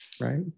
right